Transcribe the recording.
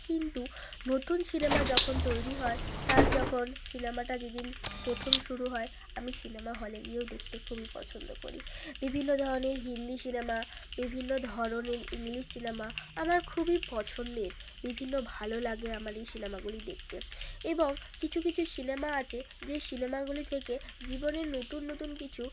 কিন্তু নতুন সিনেমা যখন তৈরি হয় তার যখন সিনেমাটা যেদিন প্রথম শুরু হয় আমি সিনেমা হলে গিয়েও দেখতে খুবই পছন্দ করি বিভিন্ন ধরনের হিন্দি সিনেমা বিভিন্ন ধরনের ইংলিশ সিনেমা আমার খুবই পছন্দের বিভিন্ন ভালো লাগে আমার এই সিনেমাগুলি দেখতে এবং কিছু কিছু সিনেমা আছে যে সিনেমাগুলি থেকে জীবনে নতুন নতুন কিছু